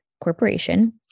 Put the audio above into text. Corporation